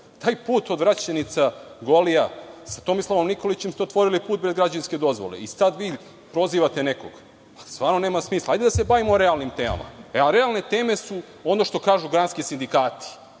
Taj put od Odvraćenica - Golija, sa Tomislavom Nikolićem, ste otvorili put bez građevinske dozvole. Sada vi prozivate nekog. Stvarno nema smisla. Hajde da se bavimo realnim temama. Realne teme su ono što kažu granski sindikati